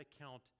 account